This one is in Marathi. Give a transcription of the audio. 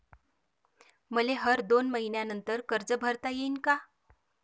मले हर दोन मयीन्यानंतर कर्ज भरता येईन का?